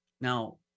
Now